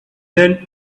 then